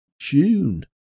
June